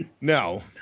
No